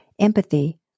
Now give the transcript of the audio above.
empathy